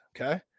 Okay